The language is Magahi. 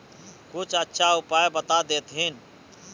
कुछ अच्छा उपाय बता देतहिन?